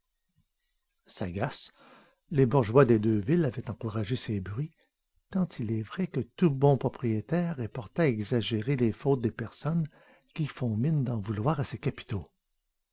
sagaces les bourgeois des deux villes avaient encouragé ces bruits tant il est vrai que tout bon propriétaire est porté à exagérer les fautes des personnes qui font mine d'en vouloir à ses capitaux